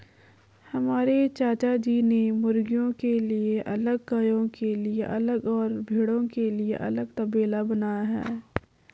हमारे चाचाजी ने मुर्गियों के लिए अलग गायों के लिए अलग और भेड़ों के लिए अलग तबेला बनाया है